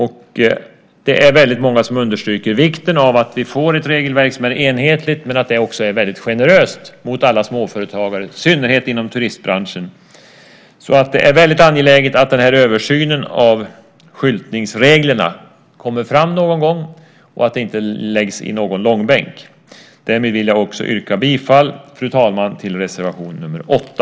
Det är väldigt många som understryker vikten av att vi får ett regelverk som är enhetligt men också väldigt generöst mot alla småföretagare i synnerhet inom turistbranschen. Det är väldigt angeläget att översynen av skyltningsreglerna kommer fram någon gång och att det inte läggs i någon långbänk. Därmed vill jag också yrka bifall till reservation nr 8.